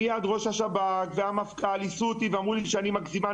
מיד ראש השב״כ והמפכ״ל היסו אותי ואמרו שאני מגזימן,